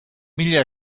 mila